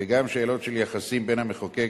וגם שאלות של יחסים בין המחוקק,